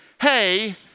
hey